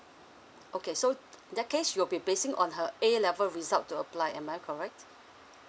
okay so in that case it will be basing on her A level result to apply am I correct